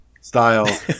style